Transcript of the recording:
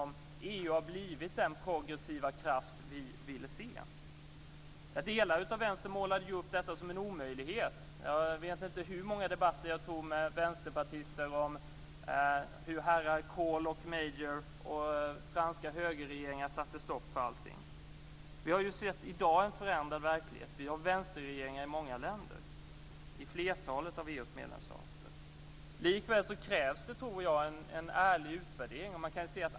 Har EU blivit den progressiva kraft som vi ville se? Delar av Vänstern målade upp detta som en omöjlighet. Jag vet inte hur många debatter som jag har haft med vänsterpartister om hur herrar Kohl och Mayor och franska högerregeringar satte stopp för allting. I dag har vi sett en förändrad verklighet. Det är vänsterregeringar i många länder, i flertalet av Likväl krävs det en ärlig utvärdering.